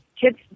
kids